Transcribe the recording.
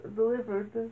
delivered